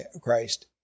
Christ